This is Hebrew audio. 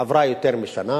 עברה יותר משנה.